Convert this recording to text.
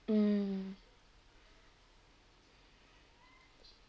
mm